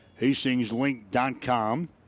HastingsLink.com